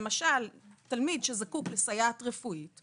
למשל: תלמיד שזקוק לסייעת רפואית,